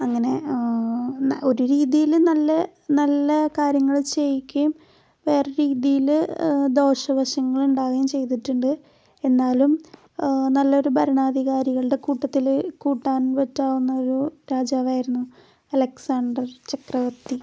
അങ്ങനെ ഒരു രീതീൽ നല്ല നല്ല കാര്യങ്ങൾ ചെയ്യിക്കേം വേറെ രീതീൽ ദോഷവശങ്ങളുണ്ടാവേം ചെയ്തിട്ടുണ്ട് എന്നാലും നല്ലൊരു ഭരണാധികാരികളുടെ കൂട്ടത്തിൽ കൂട്ടാൻ പറ്റാവുന്നൊരു രാജാവായിരുന്നു അലക്സാണ്ടർ ചക്രവർത്തി